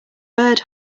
bird